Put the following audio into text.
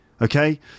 okay